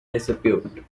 dispute